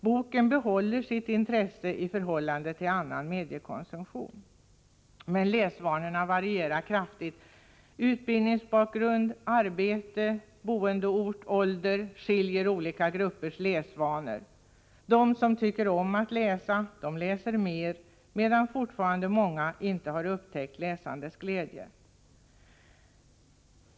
Boken behåller sitt intresse i förhållande till annan mediekonsumtion. Men läsvanorna varierar kraftigt. Utbildningsbakgrund, arbete, boendeort och ålder skiljer olika gruppers läsvanor. De som tycker om att läsa, de läser mer, medan fortfarande många inte har upptäckt läsandets glädje.